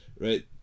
right